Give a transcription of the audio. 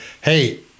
hey